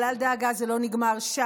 אבל אל דאגה, זה לא נגמר שם.